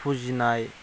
फुजिनाय